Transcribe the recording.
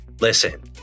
Listen